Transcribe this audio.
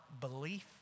belief